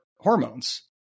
hormones